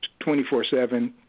24-7